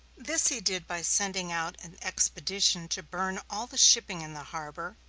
this he did by sending out an expedition to burn all the shipping in the harbor,